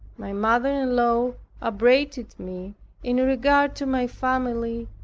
my mother-in-law upbraided me in regard to my family,